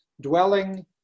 dwelling